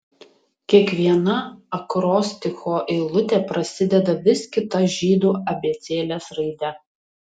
kiekviena akrosticho eilutė prasideda vis kita žydų abėcėlės raide